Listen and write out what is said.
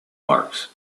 marks